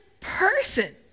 person